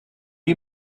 you